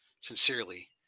Sincerely